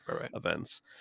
events